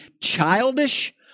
childish